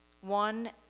one